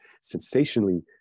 Sensationally